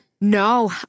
No